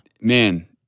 man